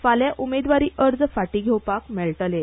फाल्यां उमेदवारी अर्ज फाटीं घेवपाक मेळटलें